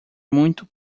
muito